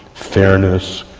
fairness,